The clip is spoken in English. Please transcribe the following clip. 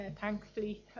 thankfully